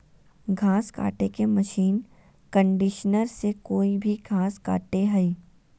घास काटे के मशीन कंडीशनर से कोई भी घास कटे हइ